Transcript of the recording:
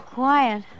quiet